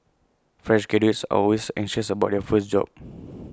fresh graduates are always anxious about their first job